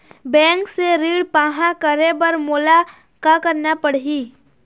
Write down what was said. Bank से ऋण पाहां करे बर मोला का करना पड़ही?